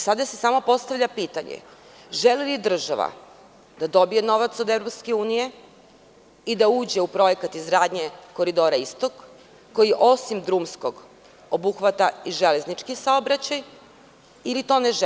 Sada se samo postavlja pitanje – želi li država da dobije novac od EU i da uđe u projekat izgradnje Koridora Istok koji, osim drumskog, obuhvata i železnički saobraćaj, ili to ne želi?